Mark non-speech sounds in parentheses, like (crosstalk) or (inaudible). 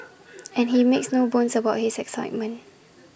(noise) and he makes no bones about his excitement